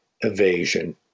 evasion